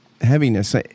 heaviness